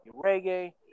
reggae